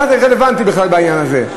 מה זה רלוונטי בכלל בעניין הזה?